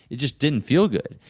it just didn't feel good.